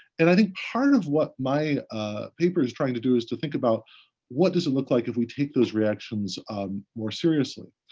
and i think part of what my paper is trying to do is to think about what does it look like if we take those reactions more seriously?